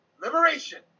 liberation